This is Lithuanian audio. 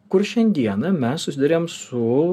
kur šiandieną mes susiduriam su